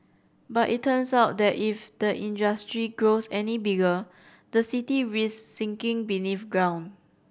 but it turns out that if the industry grows any bigger the city risk sinking beneath ground